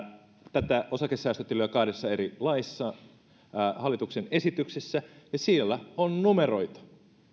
tätä osakesäästötiliä kahdessa eri hallituksen esityksessä ja siellä on numeroita